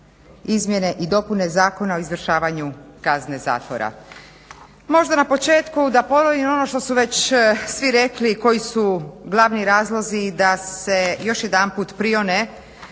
izmjene i dopune Zakona o izvršavanju kazne zatvora. Možda na početku da ponovim ono što su već svi rekli koji su glavni razlozi da se još jedanput prione